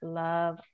love